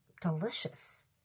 delicious